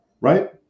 right